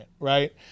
right